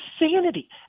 insanity